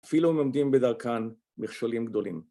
אפילו אם עומדים בדרכן מכשולים גדולים.